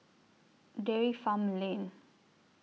Dairy Farm Lane